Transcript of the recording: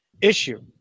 issue